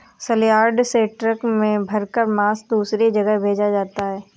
सलयार्ड से ट्रक में भरकर मांस दूसरे जगह भेजा जाता है